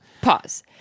Pause